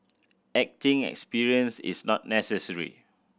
acting experience is not necessary